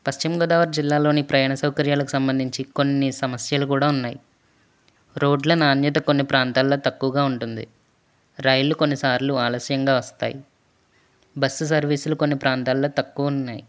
పశ్చిమగోదావరి జిల్లాలోని ప్రయాణ సౌకర్యాలు సంబంధించి కొన్ని సమస్యలు కూడా ఉన్నాయి రోడ్ల నాణ్యత కొన్ని ప్రాంతాల్లో తక్కువగా ఉంటుంది రైలు కొన్నిసార్లు ఆలస్యంగా వస్తాయి బస్సు సర్వీసులో కొన్ని ప్రాంతాల్లో తక్కువున్నాయి